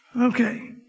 Okay